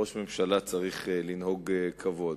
בראש ממשלה צריך לנהוג כבוד,